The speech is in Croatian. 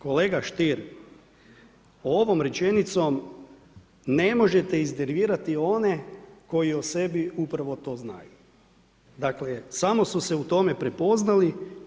Kolega Stier, ovom rečenicom ne možete iznervirati one koji o sebi upravo to znaju, dakle samo su se u tome prepoznali.